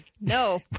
No